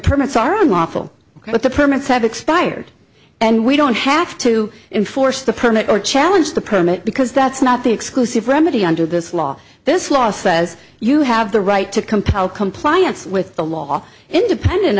permits are on lawful but the permits have expired and we don't have to enforce the permit or challenge the permit because that's not the exclusive remedy under this law this law says you have the right to compel compliance with the law independent